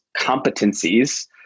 competencies